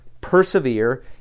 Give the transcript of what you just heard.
persevere